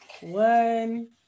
one